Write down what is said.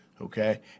okay